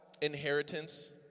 inheritance